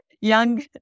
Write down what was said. young